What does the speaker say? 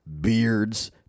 beards